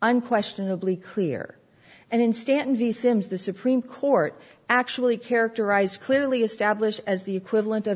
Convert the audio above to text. unquestionably clear and in stanton v sims the supreme court actually characterized clearly established as the equivalent of